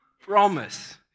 promise